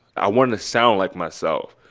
i want to sound like myself,